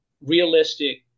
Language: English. realistic